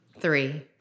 Three